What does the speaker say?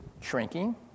shrinking